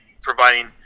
providing